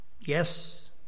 Yes